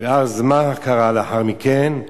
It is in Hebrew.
ואז מה קרה לאחר מכן?